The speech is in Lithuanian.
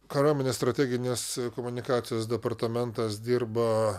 kariuomenės strateginės komunikacijos departamentas dirba